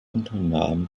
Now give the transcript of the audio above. unternahm